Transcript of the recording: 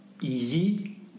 easy